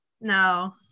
No